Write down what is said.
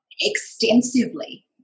extensively